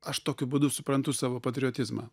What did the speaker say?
aš tokiu būdu suprantu savo patriotizmą